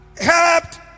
helped